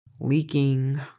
leaking